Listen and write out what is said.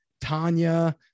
Tanya